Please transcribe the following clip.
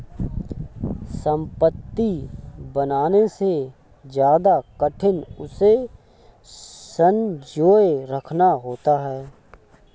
संपत्ति बनाने से ज्यादा कठिन उसे संजोए रखना होता है